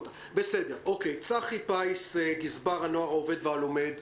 צחי פיס, גזבר הנוער העובד והלומד,